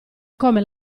come